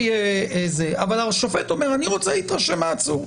אבל השופט אומר: אני רוצה להתרשם מהעצור.